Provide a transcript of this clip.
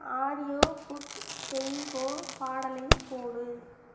audio book Jai Ho பாடலை போடு